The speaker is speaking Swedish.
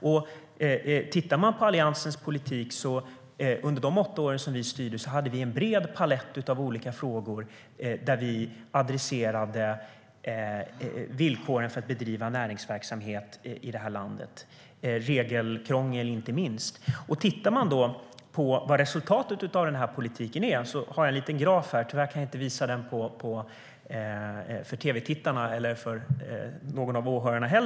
Om man tittar på Alliansens politik ser man att vi under de åtta år vi styrde hade en bred palett av olika frågor där vi adresserade villkoren för att bedriva näringsverksamhet i det här landet. Det handlar inte minst om regelkrångel. Låt oss titta på vad resultatet av den politiken är. Jag har en liten graf här i mobiltelefonen. Tyvärr kan jag inte visa den för tv-tittarna eller för någon av åhörarna här.